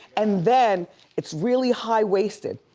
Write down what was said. and then it's really high waisted.